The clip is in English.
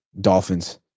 Dolphins